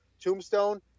tombstone